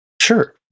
Sure